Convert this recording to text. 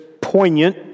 poignant